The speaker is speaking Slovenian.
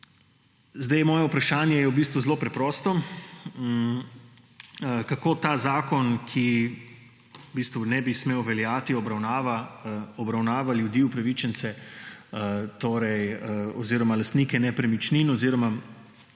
Moje vprašanje je v bistvu zelo preprosto: Kako ta zakon, ki v bistvu ne bi smel veljati, obravnava upravičence oziroma lastnike nepremičnin? Koliko